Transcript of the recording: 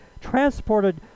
transported